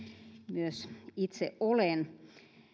myös itse olen